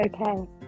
okay